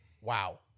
Wow